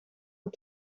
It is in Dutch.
het